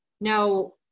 Now